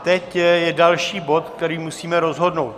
A teď je další bod, který musíme rozhodnout.